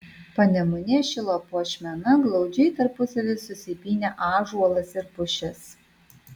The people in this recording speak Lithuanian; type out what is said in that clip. panemunės šilo puošmena glaudžiai tarpusavyje susipynę ąžuolas ir pušis